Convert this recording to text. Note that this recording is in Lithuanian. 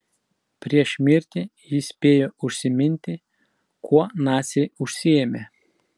prieš mirtį jis spėjo užsiminti kuo naciai užsiėmė